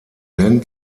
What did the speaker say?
nennt